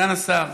סגן השר,